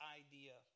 idea